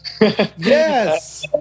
Yes